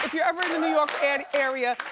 you're ever in the new york and area,